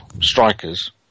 strikers